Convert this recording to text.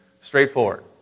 straightforward